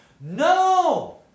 No